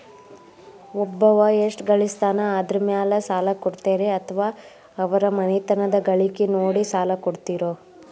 ಒಬ್ಬವ ಎಷ್ಟ ಗಳಿಸ್ತಾನ ಅದರ ಮೇಲೆ ಸಾಲ ಕೊಡ್ತೇರಿ ಅಥವಾ ಅವರ ಮನಿತನದ ಗಳಿಕಿ ನೋಡಿ ಸಾಲ ಕೊಡ್ತಿರೋ?